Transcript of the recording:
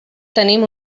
tenim